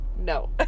no